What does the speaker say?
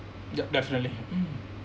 yup definitely mm